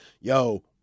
yo